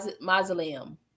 mausoleum